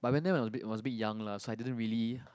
but when I went there was a bit was a bit young lah so I didn't really